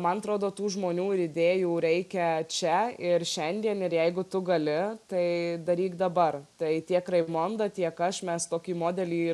man atrodo tų žmonių ir idėjų reikia čia ir šiandien ir jeigu tu gali tai daryk dabar tai tiek raimonda tiek aš mes tokį modelį